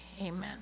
Amen